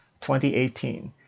2018